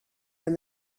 when